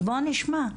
אז בואו נשמע.